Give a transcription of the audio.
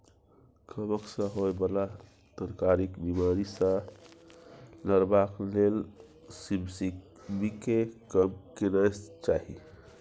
कवक सँ होए बला तरकारीक बिमारी सँ लड़बाक लेल सिमसिमीकेँ कम केनाय चाही